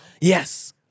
Yes